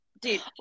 Dude